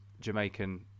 Jamaican